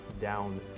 down